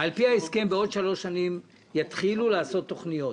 על-פי ההסכם בעוד שלוש שנים יתחילו לעשות תוכניות.